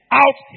out